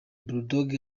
bulldogg